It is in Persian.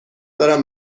دارم